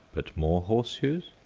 but more horseshoes?